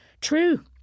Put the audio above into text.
True